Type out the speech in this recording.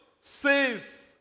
says